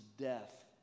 death